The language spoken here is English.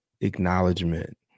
acknowledgement